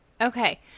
Okay